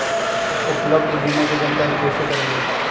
उपलब्ध बीमा के जानकारी कैसे करेगे?